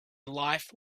life